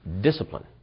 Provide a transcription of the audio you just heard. discipline